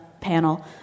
panel